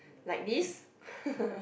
like this